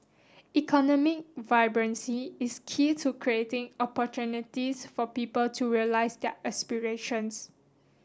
economic vibrancy is key to creating opportunities for people to realise their aspirations